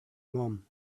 mom